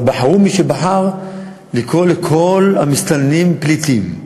אבל בחרו מי שבחרו לקרוא לכל המסתננים "פליטים".